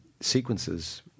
sequences